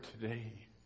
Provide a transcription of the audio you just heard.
today